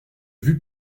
vue